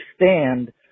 understand